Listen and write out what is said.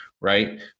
Right